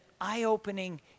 eye-opening